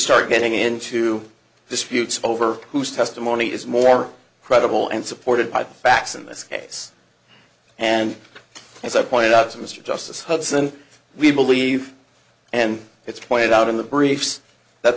start getting into disputes over whose testimony is more credible and supported by the facts in this case and as i pointed out to mr justice hudson we believe and it's pointed out in the briefs that